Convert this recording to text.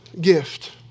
gift